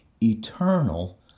eternal